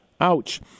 Ouch